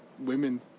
women